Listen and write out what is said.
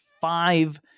five